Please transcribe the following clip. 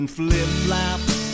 flip-flops